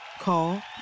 Call